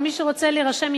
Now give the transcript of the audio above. על מי שרוצה להירשם,